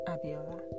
Abiola